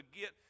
get